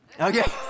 Okay